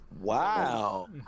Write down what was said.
Wow